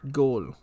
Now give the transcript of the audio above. goal